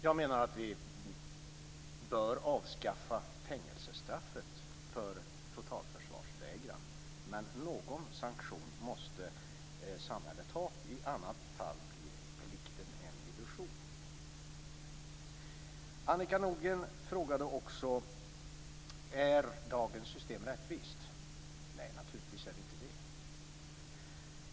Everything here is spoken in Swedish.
Jag menar att vi bör avskaffa fängelsestraffet för totalförsvarsvägran, men någon sanktion måste samhället ha. I annat fall blir plikten en illusion. Annika Nordgren frågade också om dagens system är rättvist. Nej, naturligtvis är det inte det.